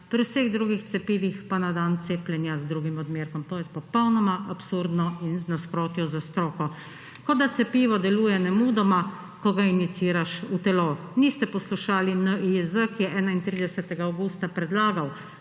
pri vseh drugih cepivih pa na dan cepljenja z drugim odmerkom. To je popolnoma absurdno in v nasprotju s stroko. Kot da cepivo deluje nemudoma, ko ga injiciraš v telo. Niste poslušali NIJZ, ki je 31. avgusta predlagal,